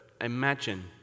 imagine